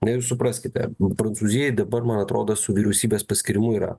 ne jūs supraskite prancūzijai dabar man atrodo su vyriausybės paskyrimu yra